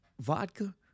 vodka